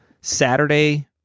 Saturday